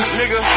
nigga